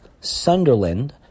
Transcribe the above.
Sunderland